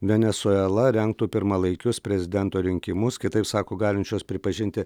venesuela rengtų pirmalaikius prezidento rinkimus kitaip sako galinčios pripažinti